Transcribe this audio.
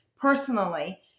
personally